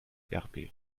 erbil